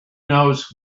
knows